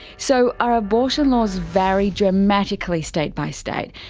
so our abortion laws vary dramatically state by state,